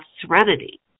serenity